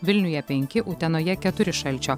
vilniuje penki utenoje keturi šalčio